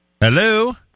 Hello